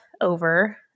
over